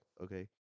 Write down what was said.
okay